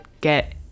get